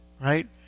Right